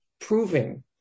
proving